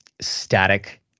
static